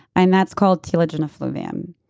and that's called telogen effluvium.